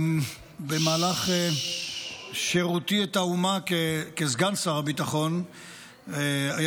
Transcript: במהלך שירותי את האומה כסגן שר הביטחון היה